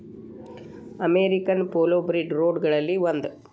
American foulbrood ಕೋಡ ರೋಗಗಳಲ್ಲಿ ಒಂದ